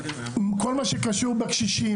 כל מה שקשור בקשישים,